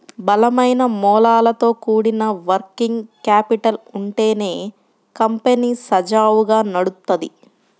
బలమైన మూలాలతో కూడిన వర్కింగ్ క్యాపిటల్ ఉంటేనే కంపెనీ సజావుగా నడుత్తది